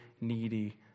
needy